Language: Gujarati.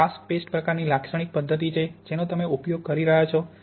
આ કાસ્ટ પેસ્ટ પ્રકારની લાક્ષણિક પદ્ધતિ છે જેનો તમે ઉપયોગ કરી શકો છો